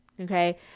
okay